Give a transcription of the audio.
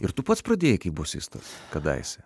ir tu pats pradėjai kaip bosistas kadaise